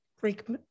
Greek